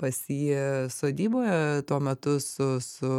pas jį sodyboje tuo metu su su